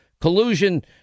collusion